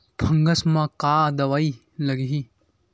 Fungus म का दवाई लगी?